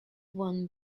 won